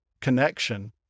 connection